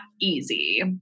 easy